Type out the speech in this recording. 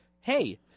Hey